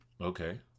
Okay